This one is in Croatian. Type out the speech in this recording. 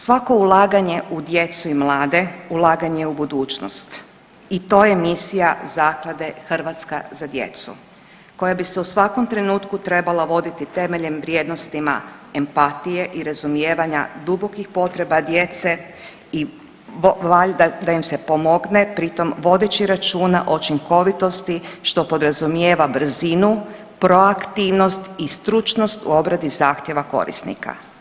Svako ulaganje u djecu i mlade ulaganje je u budućnost i to je misija Zaklade „Hrvatska za djecu“ koja bi se u svakom trenutku trebala voditi temeljem vrijednostima empatije i razumijevanja dubokih potreba djece i valjda da im se pomogne pritom vodeći računa o učinkovitosti što podrazumijeva brzinu, proaktivnost i stručnost u obradi zahtjeva korisnika.